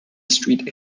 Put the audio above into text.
street